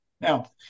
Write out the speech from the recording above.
Now